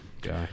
guy